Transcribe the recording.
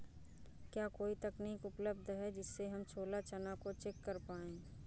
क्या कोई तकनीक उपलब्ध है जिससे हम छोला चना को चेक कर पाए?